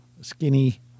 skinny